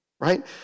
Right